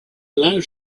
loud